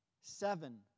seven